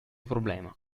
problema